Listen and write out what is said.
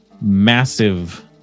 massive